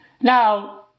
Now